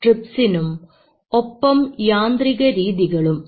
ട്രിപ്സിനും ഒപ്പം യാന്ത്രിക രീതികളും